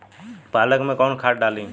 पालक में कौन खाद डाली?